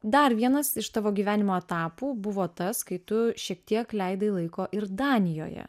dar vienas iš tavo gyvenimo etapų buvo tas kai tu šiek tiek leidai laiko ir danijoje